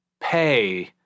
pay